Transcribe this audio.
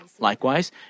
Likewise